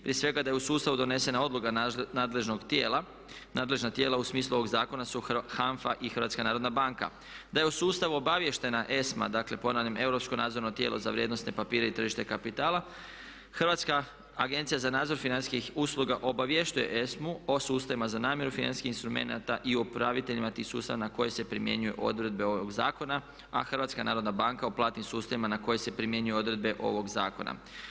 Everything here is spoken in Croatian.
Prije svega da je u sustavu donesena odluka nadležnog tijela, nadležna tijela u smislu ovog zakona su HANFA i HNB, da je u sustavu obavještena ESMA- dakle ponavljam europsko nadzorno tijelo za vrijednosne papire i tržište kapitala, Hrvatska agencija za nadzor financijskih usluga obavješćuje ESMA-u o sustavima za namiru financijskih instrumenata i upraviteljima tih sustava na koje se primjenjuju odredbe ovog zakona a HNB u platnim sustavima na koje se primjenjuju odredbe ovog zakona.